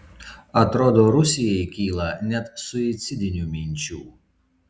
atrodo rusijai kyla net suicidinių minčių